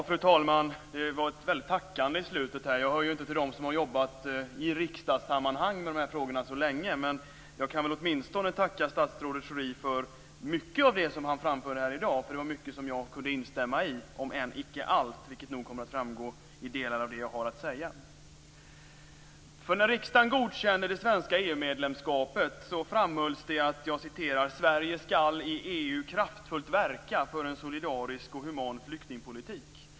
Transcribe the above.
Fru talman! Det var ett väldigt tackande mot slutet här. Jag hör inte till dem som i riksdagssammanhang har jobbat så länge med de här frågorna men jag kan väl åtminstone tacka statsrådet Schori för mycket av det som han framförde här i dag. Mycket av det kunde jag instämma i - om än icke allt, vilket nog framgår i delar av det jag har att säga. medlemskapet framhölls det att "Sverige skall i EU kraftfullt verka för en solidarisk och human flyktingpolitik".